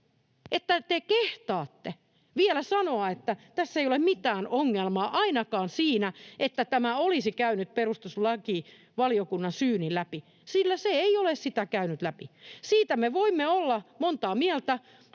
te kehtaatte vielä sanoa, että tässä ei ole mitään ongelmaa ainakaan siinä, että tämä olisi käynyt perustuslakivaliokunnan syynin läpi, sillä se ei ole sitä käynyt läpi. Siitä me voimme olla montaa mieltä,